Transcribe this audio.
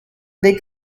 they